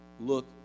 look